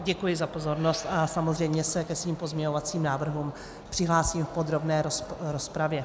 Děkuji za pozornost a samozřejmě se ke svým pozměňovacím návrhům přihlásím v podrobné rozpravě.